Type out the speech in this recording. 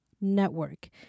Network